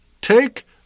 take